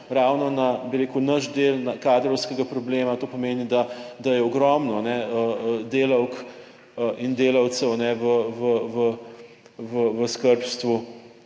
ravno na, bi rekel, naš del kadrovskega problema. To pomeni, da je ogromno delavk in delavcev v skrbstvu